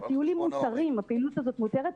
הטיולים מותרים, הפעילות הזאת מותרת.